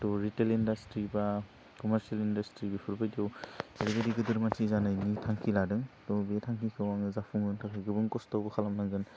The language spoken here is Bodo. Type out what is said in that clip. थह रिटेल इन्दासथ्रि बा कमारसियेल इन्दारसथ्रि बेफोरबायदियाव गोदोर गोदोर मानसि जानायनि थांखि लादों थह बे थांखिखौ आङो जाफुंहोनो थाखाय गोबां खस्थबो खालामनांगोन